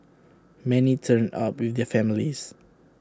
many turned up with their families